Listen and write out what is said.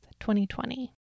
2020